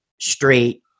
straight